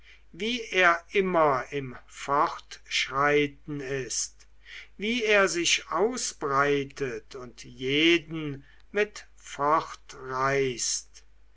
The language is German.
wie er immer im fortschreiten ist wie er sich ausbreitet und jeden mit